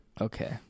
Okay